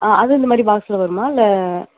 ஆ அதுவும் இந்த மாதிரி பாக்ஸ்சில் வருமா இல்லை